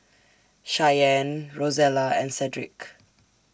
Shyanne Rosella and Sedrick